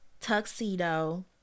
Tuxedo